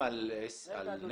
ובכלל בחוקי עזר,